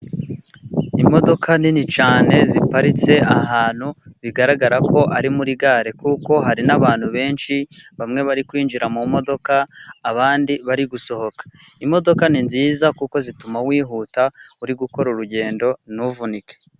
Imodoka nini cyane ziparitse ahantu bigaragara ko ari muri gare kuko hari n'abantu benshi, bamwe bari kwinjira mu modoka abandi bari gusohoka. Imodoka ni nziza kuko zituma wihuta uri gukora urugendo ntuvunike.